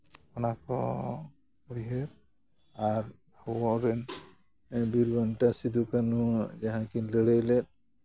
ᱚᱱᱟᱠᱚ ᱩᱭᱦᱟᱹᱨ ᱟᱨ ᱟᱵᱚ ᱨᱮᱱ ᱵᱤᱨ ᱵᱟᱱᱴᱟ ᱥᱤᱫᱩᱼᱠᱟᱹᱱᱩ ᱟᱜ ᱡᱟᱦᱟᱸ ᱠᱤᱱ ᱞᱟᱹᱲᱦᱟᱹᱭ ᱞᱮᱫ